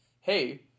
Hey